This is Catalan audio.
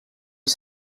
els